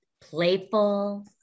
playful